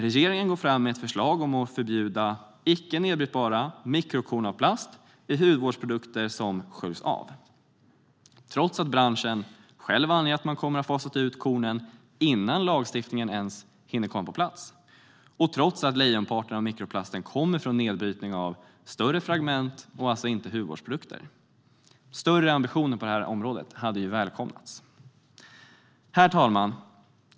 Regeringen går fram med ett förslag om att förbjuda icke nedbrytbara mikrokorn av plast i hudvårdsprodukter som sköljs av, trots att branschen själv anger att man kommer att ha fasat ut kornen innan lagstiftningen ens hinner komma på plats och trots att lejonparten av mikroplasten kommer från nedbrytning av större fragment - alltså inte hudvårdsprodukter. Större ambitioner på området hade välkomnats. Herr talman!